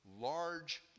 large